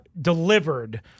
delivered